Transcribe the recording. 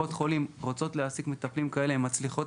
כשקופות החולים רוצות להעסיק מטפלים כאלה הן מצליחות